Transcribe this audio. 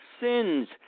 sins